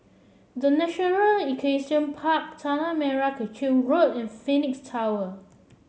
The National Equestrian Park Tanah Merah Kechil Road and Phoenix Tower